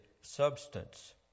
substance